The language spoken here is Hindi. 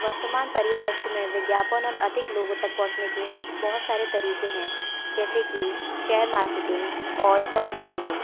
वर्तमान परिदृश्य में विज्ञापन उन अधिक लोगों तक पहुँचने के बहुत सारे तरीके हैं जैसे कि शेयर मार्केटिंग और स्टॉक मार्केटिंग